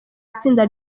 itsinda